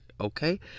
okay